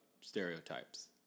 stereotypes